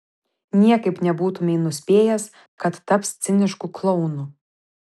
niekaip nebūtumei nuspėjęs kad taps cinišku klounu